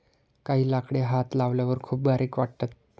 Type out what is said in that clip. काही लाकडे हात लावल्यावर खूप बारीक वाटतात